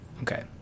okay